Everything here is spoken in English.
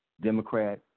Democrat